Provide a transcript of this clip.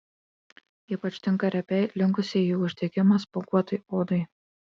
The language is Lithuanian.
ypač tinka riebiai linkusiai į uždegimą spuoguotai odai